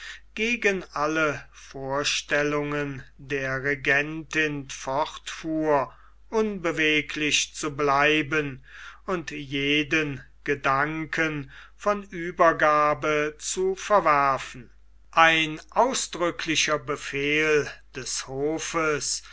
gegen alle vorstellungen der regentin fortfuhr unbeweglich zu bleiben und jeden gedanken von uebergabe zu verwerfen ein ausdrücklicher befehl des hofes